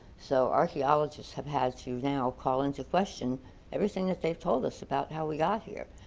so archeologists have had to now call into question everything that they've told us about how we got here.